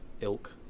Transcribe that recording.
ilk